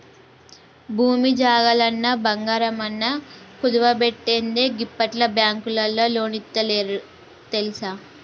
భూమి జాగలన్నా, బంగారమన్నా కుదువబెట్టందే గిప్పట్ల బాంకులోల్లు లోన్లిత్తలేరు తెల్సా